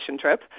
trip